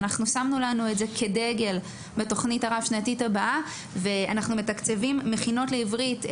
שמנו לנו את זה כדגל בתוכנית הרב-שנתית הבאה ומתקצבים מכינות לעברית.